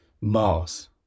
Mars